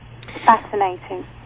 Fascinating